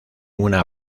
una